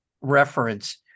reference